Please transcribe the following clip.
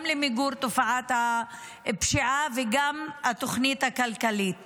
גם למיגור תופעת הפשיעה וגם התוכנית הכלכלית